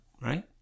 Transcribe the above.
right